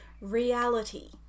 reality